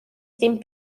ddim